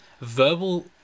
verbal